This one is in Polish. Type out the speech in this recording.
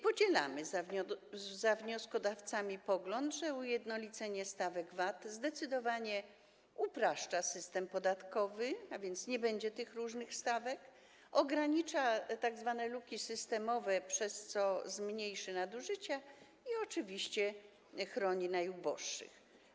Podzielamy z wnioskodawcami pogląd, że ujednolicenie stawek VAT zdecydowanie upraszcza system podatkowy, bo nie będzie tych różnych stawek, ogranicza tzw. luki systemowe, przez co zmniejszą się nadużycia, i oczywiście chroni najuboższych.